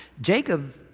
Jacob